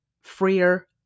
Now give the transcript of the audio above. freer